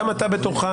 גם אתה בתורך.